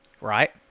right